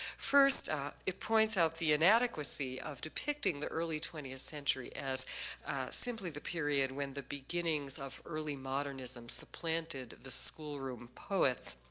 first it points out the inadequacy of depicting the early twentieth century as simply the period when the beginnings of early modernism so planted the schoolroom poets.